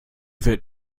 wird